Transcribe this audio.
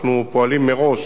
אנחנו פועלים מראש.